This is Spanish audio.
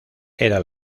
era